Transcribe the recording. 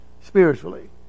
spiritually